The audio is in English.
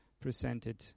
presented